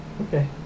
Okay